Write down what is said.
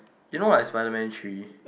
you know like spiderman three